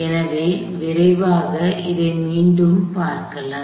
எனவே விரைவாக இதை மீண்டும் பார்க்கலாம்